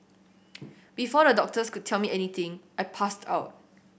before the doctors could tell me anything I passed out